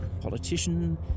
politician